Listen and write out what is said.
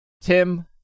Tim